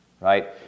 right